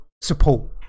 support